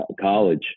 college